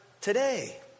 today